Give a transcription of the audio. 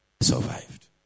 survived